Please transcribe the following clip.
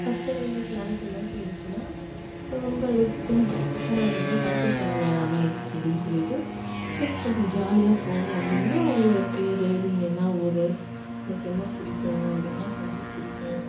first டேவே class என்ன செய்கிறதுன்னா ரொம்ப எடுக்குத்து பசங்களை ரொம்ப டார்ச்சர் பண்ண வேணாமே அப்படின்னு சொல்லிட்டு சரி கொஞ்சம் ஜாலியாக போவோம் அப்படின்னு அவங்களோட பேர் நீங்கள் என்ன ஊர் உங்களுக்கு என்ன பிடிக்கும் உங்களுக்கு என்ன சப்ஜெக்ட் பிடிக்கும்